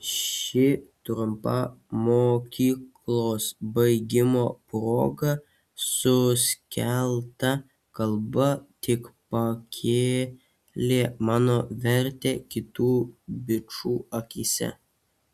ši trumpa mokyklos baigimo proga suskelta kalba tik pakėlė mano vertę kitų bičų akyse